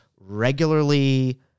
regularly